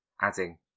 Adding